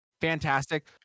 fantastic